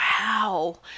wow